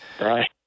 right